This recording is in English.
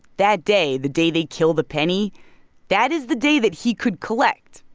that day the day they kill the penny that is the day that he could collect.